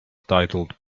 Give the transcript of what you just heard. titled